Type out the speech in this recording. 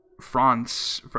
France